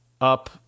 up